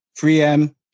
3m